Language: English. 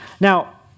Now